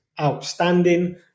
outstanding